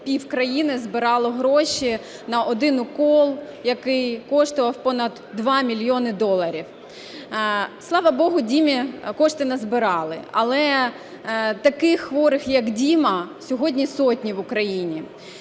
пів країни збирало гроші на один укол, який коштував понад 2 мільйони доларів. Слава Богу, Дімі кошти назбирали. Але таких хворих, як Діма, сьогодні сотні в Україні.